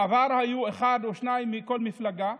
בעבר היו אחד או שניים מכל מפלגה,